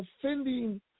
offending